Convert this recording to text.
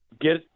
get